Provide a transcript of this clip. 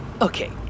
Okay